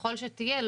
ככל שתהיה,